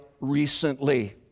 recently